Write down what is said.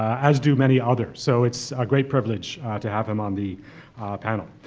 as do many others. so it's a great privilege to have him on the panel.